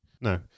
No